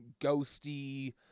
ghosty